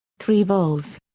three vols.